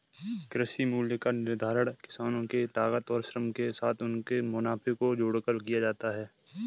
कृषि मूल्य का निर्धारण किसानों के लागत और श्रम के साथ उनके मुनाफे को जोड़कर किया जाता है